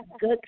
good